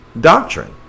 doctrine